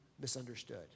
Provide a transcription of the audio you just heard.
misunderstood